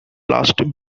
last